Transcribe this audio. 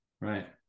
Right